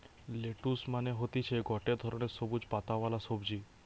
lettuce মানে হতিছে গটে ধরণের সবুজ পাতাওয়ালা সবজি